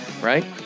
right